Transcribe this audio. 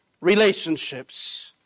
relationships